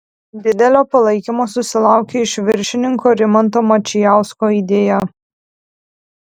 didelio palaikymo susilaukė iš viršininko rimanto mačijausko idėja